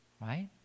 right